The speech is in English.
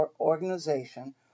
organization